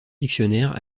dictionnaire